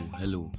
hello